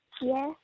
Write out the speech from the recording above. Yes